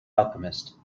alchemist